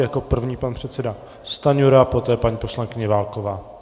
Jako první pan předseda Stanjura, poté paní poslankyně Válková.